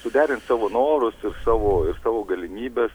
suderint savo norus ir savo galimybes